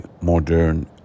modern